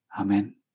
Amen